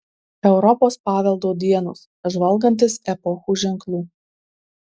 europos paveldo dienos žvalgantis epochų ženklų